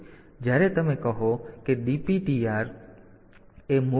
તેથી જ્યારે તમે કહો કે DPTR એ MOV DPTR mydata છે